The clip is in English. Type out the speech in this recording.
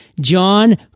John